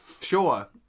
sure